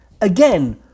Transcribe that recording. again